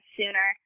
sooner